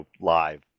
live